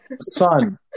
son